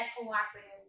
cooperative